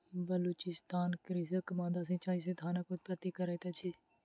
बलुचिस्तानक कृषक माद्दा सिचाई से धानक उत्पत्ति करैत अछि